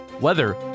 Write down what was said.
weather